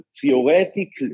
theoretically